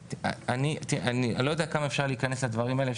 אני לא יודע עד כמה אפשר להיכנס לדברים האלה.